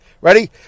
ready